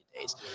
Days